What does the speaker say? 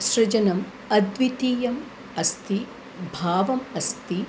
सृजनम् अद्वितीयम् अस्ति भावम् अस्ति